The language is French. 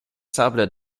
sables